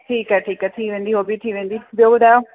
ठीकु आहे ठीकु आहे थी वेंदी हो बि थी वेंदी ॿियो ॿुधायो